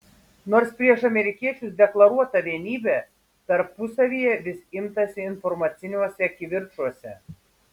nors prieš amerikiečius deklaruota vienybė tarpusavyje vis imtasi informaciniuose kivirčuose